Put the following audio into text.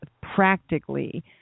practically